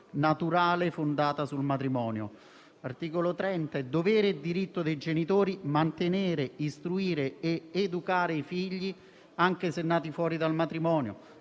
naturale fondata sul matrimonio». L'articolo 30 recita: «È dovere e diritto dei genitori mantenere, istruire ed educare i figli, anche se nati fuori dal matrimonio».